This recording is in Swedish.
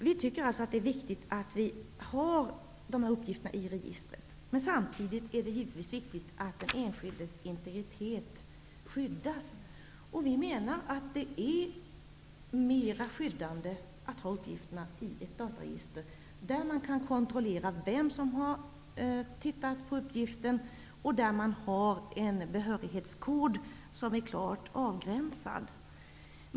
Vi tycker att det är viktigt att dessa uppgifter finns i registret. Samtidigt är det givetvis viktigt att den enskildes integritet skyddas. Vi menar att det innebär ett större skydd om uppgifterna finns i ett dataregister, där man kan kontrollera vem som har tittat på uppgifter och det finns en behörighetskod som är klart avgränsad.